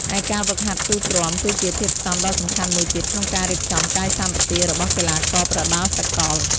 ឯការហ្វឹកហាត់ស៊ូទ្រាំ គឺជាធាតុផ្សំដ៏សំខាន់មួយទៀតក្នុងការរៀបចំកាយសម្បទារបស់កីឡាករប្រដាល់សកល។